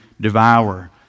devour